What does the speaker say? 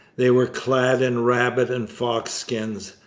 they were clad in rabbit and fox skins.